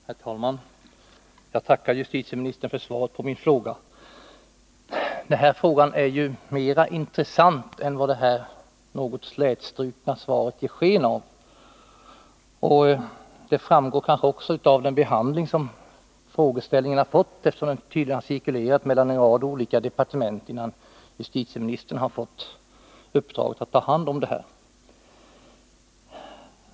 Herr talman! Jag tackar justitieministern för svaret på min fråga. Denna fråga är mera intressant än vad det något slätstrukna svaret ger sken av. Det framgår kanske också av den behandling som frågan fått, eftersom den tydligen cirkulerat mellan en rad olika departement innan justitieministern har fått uppdraget att ta hand om den.